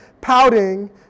pouting